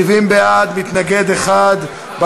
70 בעד, מתנגד אחד.